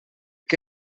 que